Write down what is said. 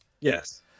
Yes